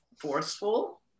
forceful